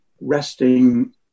resting